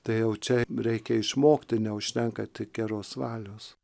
tai jau čia reikia išmokti neužtenka tik geros valios